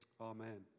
Amen